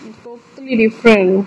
totally different